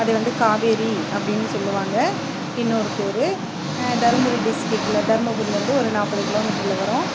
அது வந்து காவேரி அப்படின்னு சொல்லுவாங்க இன்னொரு பேர் தரும்புரி டிஸ்ட்டிக்கில் தருமபுரிலருந்து ஒரு நாற்பது கிலோமீட்டரில் வரும்